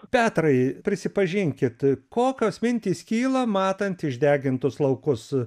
petrai prisipažinkit kokios mintys kyla matant išdegintus laukus